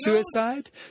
suicide